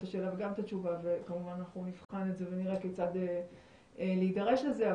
השאלה וגם את התשובה וכמובן אנחנו נבחן את זה ונראה כיצד להידרש לזה,